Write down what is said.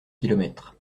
kilomètres